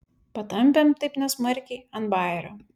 patampėm taip nesmarkiai ant bajerio